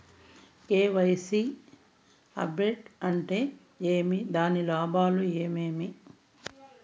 KYC update అంటే ఏమి? దాని లాభాలు ఏమేమి?